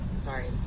sorry